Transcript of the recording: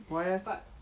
why eh